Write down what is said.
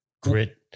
Grit